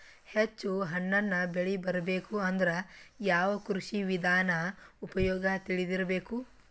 ಹೆಚ್ಚು ಹಣ್ಣನ್ನ ಬೆಳಿ ಬರಬೇಕು ಅಂದ್ರ ಯಾವ ಕೃಷಿ ವಿಧಾನ ಉಪಯೋಗ ತಿಳಿದಿರಬೇಕು?